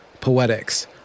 poetics